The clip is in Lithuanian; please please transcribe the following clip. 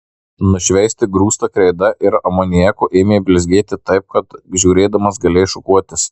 nušveisti grūsta kreida ir amoniaku ėmė blizgėti taip kad žiūrėdamas galėjai šukuotis